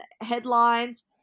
Headlines